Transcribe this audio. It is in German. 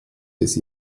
des